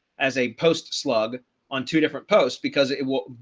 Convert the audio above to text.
as a post slug on two different posts, because it will,